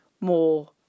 more